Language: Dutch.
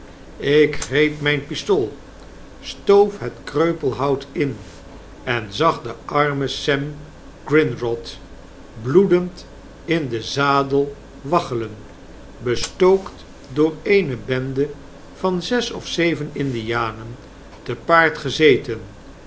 ik greep mijn pistool stoof het kreupelhout in en zag den armen sem grindrod bloedend in den zadel waggelen bestookt door eene bende van zes of zeven indianen te paard gezeteu